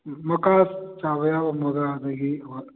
ꯃꯀꯥ ꯆꯕꯥ ꯌꯥꯕ ꯑꯃꯒ ꯑꯗꯒꯤ ꯍꯣꯏ